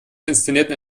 inszenierten